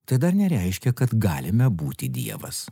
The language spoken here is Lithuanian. tai dar nereiškia kad galime būti dievas